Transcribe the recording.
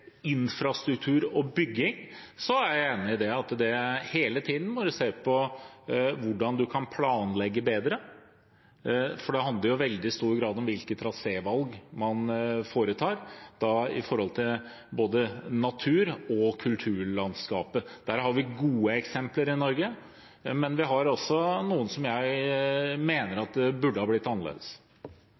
infrastruktur og bygging, er jeg enig i at man hele tiden må se på hvordan man kan planlegge bedre. Det handler i veldig stor grad om hvilke trasévalg man foretar, med tanke på både natur og kulturlandskapet. Der har vi gode eksempler i Norge, men vi har også noen jeg mener burde ha blitt annerledes.